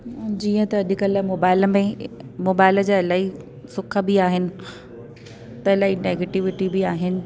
जीअं त अजुकल्ह मोबाइल में मोबाइल जा इलाही सुख बि आहिनि त इलाही नेगिटीविटी बि आहिनि